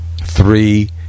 three